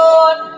Lord